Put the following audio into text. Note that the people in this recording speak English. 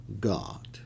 God